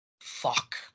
Fuck